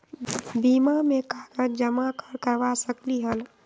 बीमा में कागज जमाकर करवा सकलीहल?